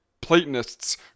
Platonists